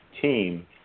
team